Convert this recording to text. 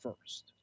first